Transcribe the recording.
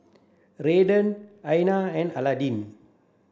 Redden Anya and Aydin